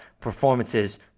performances